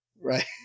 Right